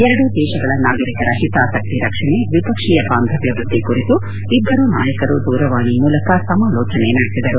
ಎರಡೂ ದೇಶಗಳ ನಾಗರಿಕರ ಹಿತಾಸಕ್ತಿ ರಕ್ಷಣೆ ದ್ವಿಪಕ್ಷೀಯ ಬಾಂಧವ್ಯ ವೃದ್ಧಿ ಕುರಿತು ಇಬ್ಬರು ನಾಯಕರು ದೂರವಾಣೆ ಮೂಲಕ ಸಮಾಲೋಚನೆ ನಡೆಸಿದರು